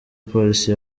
polisi